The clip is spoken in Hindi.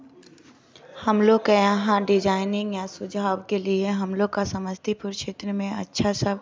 हम लोग के यहाँ डिजायनिंग या सुझाव के लिए हम लोग का समस्तीपुर क्षेत्र में अच्छा सा